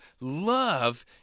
love